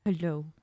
Hello